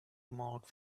marked